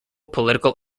political